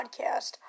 podcast